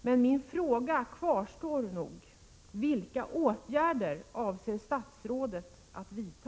Men min fråga kvarstår: Vilka åtgärder avser statsrådet vidta?